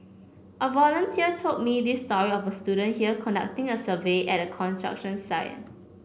a volunteer told me this story of a student here conducting a survey at a construction site